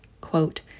quote